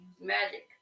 magic